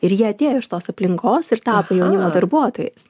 ir jie atėjo iš tos aplinkos ir tapo jaunimo darbuotojais